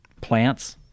plants